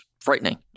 frightening